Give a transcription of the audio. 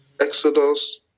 Exodus